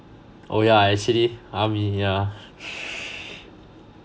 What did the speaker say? oh yeah I see I mean yeah